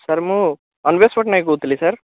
sir ମୁଁ ଅନିମେଷ ପଟ୍ଟନାୟକ କହୁଥିଲି sir